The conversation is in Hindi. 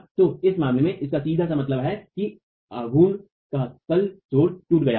तो इस मामले में इसका सीधा सा मतलब है कि आघूर्ण का तल जोड़ टूट गया है